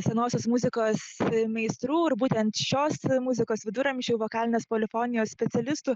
senosios muzikos meistrų ir būtent šios muzikos viduramžių vokalinės polifonijos specialistų